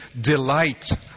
delight